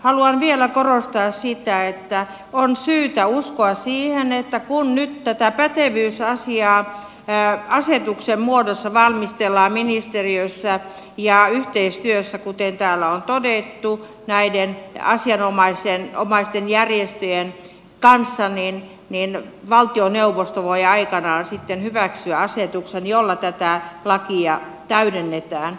haluan vielä korostaa sitä että on syytä uskoa siihen että kun nyt tätä pätevyysasiaa asetuksen muodossa valmistellaan ministeriössä ja yhteistyössä kuten täällä on todettu näiden asianomaisten järjestöjen kanssa niin valtioneuvosto voi aikanaan sitten hyväksyä asetuksen jolla tätä lakia täydennetään